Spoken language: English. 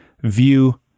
view